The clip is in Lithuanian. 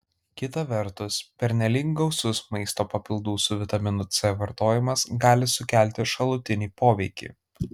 kita vertus pernelyg gausus maisto papildų su vitaminu c vartojimas gali sukelti šalutinį poveikį